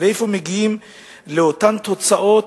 מאיפה מגיעים לאותן תוצאות,